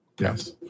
Yes